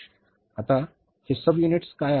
आता हे सबयुनिट्स काय आहेत